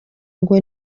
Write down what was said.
ngo